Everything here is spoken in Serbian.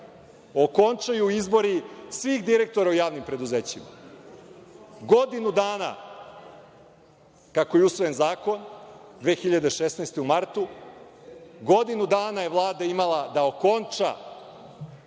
okončaju izbori svih direktora u javnim preduzećima. Godinu dana kako je usvojen zakon, 2016. godine u martu, godinu dana je Vlada imala da okonča